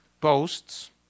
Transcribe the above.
posts